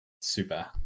super